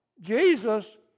Jesus